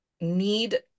need